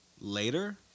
later